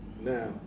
Now